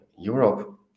Europe